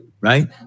right